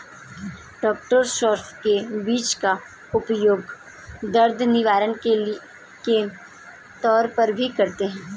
डॉ सौफ के बीज का उपयोग दर्द निवारक के तौर पर भी करते हैं